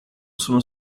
sono